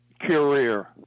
career